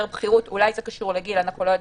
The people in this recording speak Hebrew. בכירות ואולי זה קשור לגיל אנחנו לא יודעים.